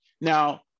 now